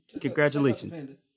Congratulations